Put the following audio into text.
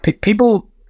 people